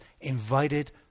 invited